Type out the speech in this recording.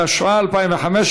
התשע"ה 2015,